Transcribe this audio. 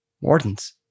wardens